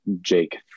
jake